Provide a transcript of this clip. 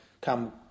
come